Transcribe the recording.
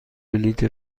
بلیط